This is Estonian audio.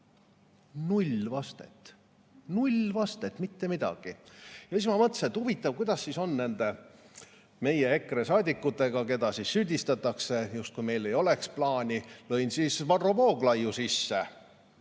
Null vastet. Null vastet, mitte midagi. Siis ma mõtlesin, et huvitav, kuidas siis on meie EKRE saadikutega, keda süüdistatakse, justkui meil ei oleks plaani. Lõin sisse Varro Vooglaiu nime.